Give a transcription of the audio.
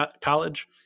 college